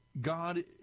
God